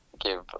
give